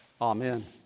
Amen